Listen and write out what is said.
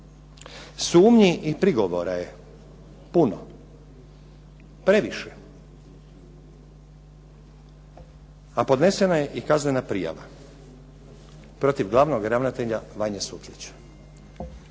Sumnji i prigovore puno, previše, a podnesena je i kaznena prijava protiv glavnog ravnatelja Vanje Sutlića.